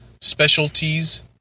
specialties